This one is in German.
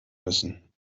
müssen